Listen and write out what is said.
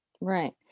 right